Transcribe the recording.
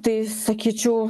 tai sakyčiau